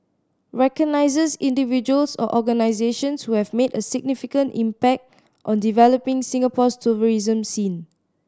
recognises individuals or organisations who have made a significant impact on developing Singapore's tourism scene